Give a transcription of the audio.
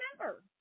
remember